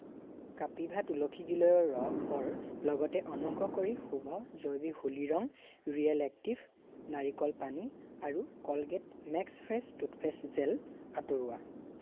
কপিভা তুলসী গিলয়ৰ ৰসৰ লগতে অনুগ্ৰহ কৰি শুভ জৈৱিক হোলী ৰং ৰিয়েল এক্টিভ নাৰিকল পানী আৰু Colgate max fresh toothpaste gel আঁতৰোৱা